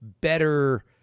better